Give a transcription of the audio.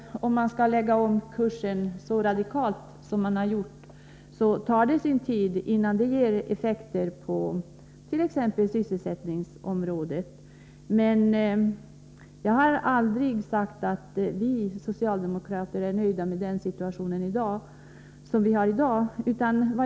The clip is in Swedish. Om man skall lägga om kursen så radikalt som har skett tar det sin tid, innan det blir effekter på t.ex. sysselsättningsområdet. Men jag har aldrig sagt att vi socialdemokrater är nöjda med situationen i dag.